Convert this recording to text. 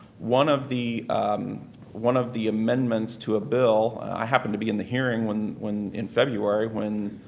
one of the one of the amendments to a bill i happened to be in the hearing when when in february, when